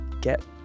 get